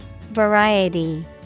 Variety